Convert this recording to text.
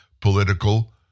political